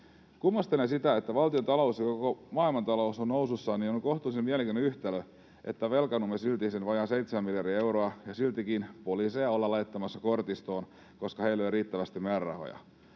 Kummastelen sitä, että kun valtiontalous ja koko maailmantalous ovat nousussa, niin on kohtuullisen mielenkiintoinen yhtälö, että velkaannumme silti sen vajaan 7 miljardia euroa, ja siltikin poliiseja ollaan laittamassa kortistoon, koska heille ei ole riittävästi määrärahoja.